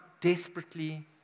desperately